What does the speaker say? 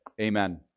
Amen